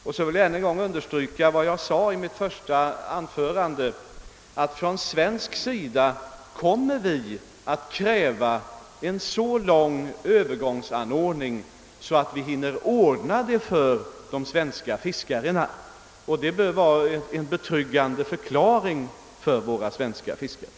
Och så vill jag än en gång understryka vad jag sade tidigare, att vi från svensk sida kommer att kräva Öövergångsanordningar under så lång tid att vi hinner ordna förhållandena för de svenska fiskarna. Det bör vara en betryggande förklaring för våra svenska fiskare.